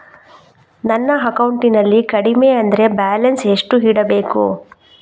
ನನ್ನ ಅಕೌಂಟಿನಲ್ಲಿ ಕಡಿಮೆ ಅಂದ್ರೆ ಬ್ಯಾಲೆನ್ಸ್ ಎಷ್ಟು ಇಡಬೇಕು?